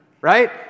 right